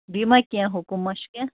بیٚیہِ ما کیٚنٛہہ حُکم ما چھُ کیٚنٛہہ